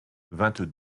vingt